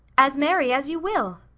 as merry as you will.